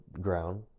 ground